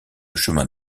chemins